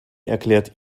erklärt